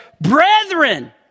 brethren